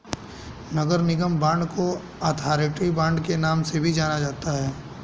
नगर निगम बांड को authority bond के नाम से भी जाना जाता है